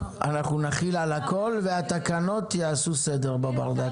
אנחנו נחיל על הכל והתקנות יעשו סדר בברדק.